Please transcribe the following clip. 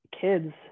kids